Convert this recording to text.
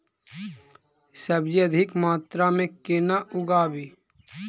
सब्जी अधिक मात्रा मे केना उगाबी?